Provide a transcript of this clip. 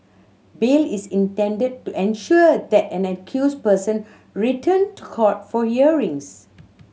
bail is intended to ensure that an accused person return to court for hearings